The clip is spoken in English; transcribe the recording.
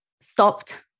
stopped